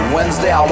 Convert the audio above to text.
Wednesday